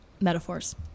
Metaphors